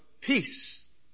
peace